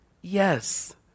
yes